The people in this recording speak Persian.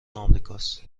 امریکاست